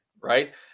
right